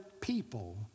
people